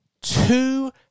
Two